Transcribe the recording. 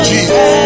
Jesus